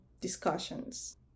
discussions